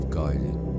guided